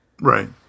Right